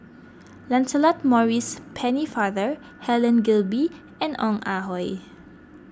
Lancelot Maurice Pennefather Helen Gilbey and Ong Ah Hoi